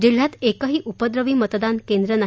जिल्ह्यात एकही उपद्रवी मतदान केंद्र नाही